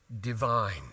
divine